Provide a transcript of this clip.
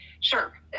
sure